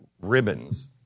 ribbons